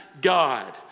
God